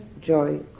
joy